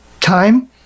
time